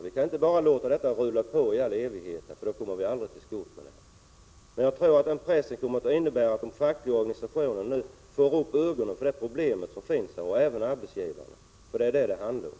Vi kan inte bara låta det nuvarande systemet rulla på i all evighet, för då kommer vi aldrig till skott. Jag tror att denna press kommer att innebära att de fackliga organisationerna, och även arbetsgivarna, nu får upp ögonen för det problem som här finns — för det är vad det handlar om.